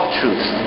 truth